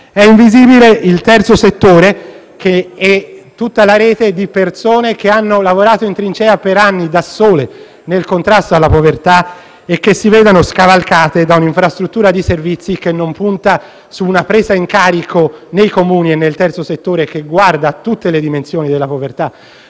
È invisibile il terzo settore, che è tutta la rete di persone che hanno lavorato in trincea per anni, da sole, nel contrasto alla povertà e si vedono scavalcate da un'infrastruttura di servizi che punta non su una presa in carico dei Comuni e del terzo settore che guarda a tutte le dimensioni della povertà,